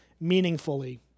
meaningfully